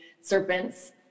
serpents